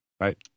right